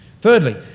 Thirdly